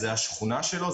זה השכונה שלו,